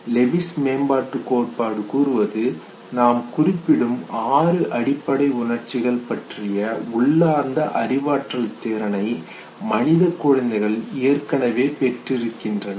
Lewis மேம்பாட்டுக் கோட்பாடு கூறுவது நாம் குறிப்பிடும் ஆறு அடிப்படை உணர்ச்சிகள் பற்றிய உள்ளார்ந்த அறிவாற்றல் திறனைக் மனித குழந்தைகள் ஏற்கனவே பெற்றிருக்கின்றனர்